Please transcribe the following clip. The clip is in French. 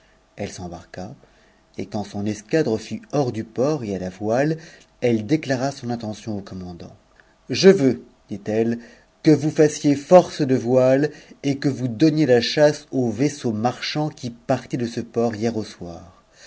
elle s'embarqua et quand son escadre fut hors du port et t a voile elle déclara son intention au commandant je veux dit-elle que vous fassiez force de voile et que vous donniez la chasse au vaisseau marchand qui partit de ce port hier au soir